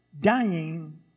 dying